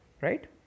right